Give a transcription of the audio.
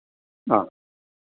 ആ